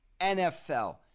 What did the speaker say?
NFL